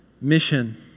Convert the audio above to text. mission